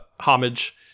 homage